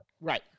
right